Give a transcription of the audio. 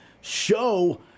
show